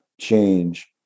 change